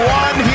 one